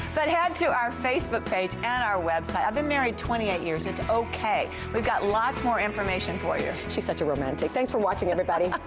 but head to our facebook page and our website. i've been married twenty eight years. it's ok. we've got lots more information for you. she's such a romantic. thanks for watching everybody.